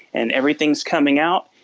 and everything's coming out.